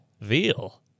Veal